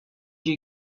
you